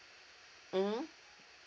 mm